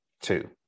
two